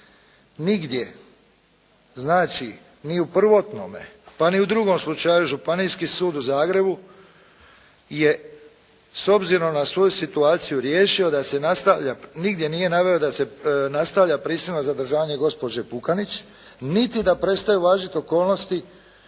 nigdje, znači ni u prvotnom pa ni u drugom slučaju Županijski sud u Zagrebu je s obzirom na svoju situaciju riješio da se nastavlja, nigdje nije naveo da se nastavlja prisilno zadržavanje gospođe Pukanić niti da prestaju važiti okolnosti